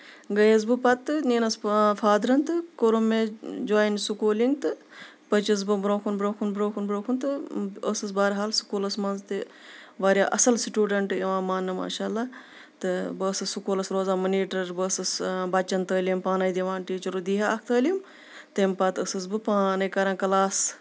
گٔیس بہٕ پَتہٕ نینس فادرَن تہٕ کوٚر مےٚ جویِن سکوٗلنٛگ تہٕ پٔچِس بہٕ برونٛہہ کُن برونٛہہ کُن برونٛہہ کُن برونٛہہ کُن تہٕ ٲسٕس بہرحال سکوٗلَس منٛز تہِ واریاہ اَصٕل سُٹوٗڈنٛٹ یوان ماننہٕ ماشااللہ تہٕ بہٕ ٲسٕس سکوٗلَس روزان مونِٹر بہٕ ٲسٕس بَچن تعلیٖم پانے دِوان ٹیٖچر دِ ہا اکھ تعلیٖم تَمہِ پَتہٕ ٲسٕس بہٕ پانے کران کلاس